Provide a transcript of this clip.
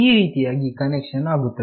ಈ ರೀತಿಯಾಗಿ ಕನೆಕ್ಷನ್ ಆಗುತ್ತದೆ